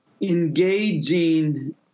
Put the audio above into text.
engaging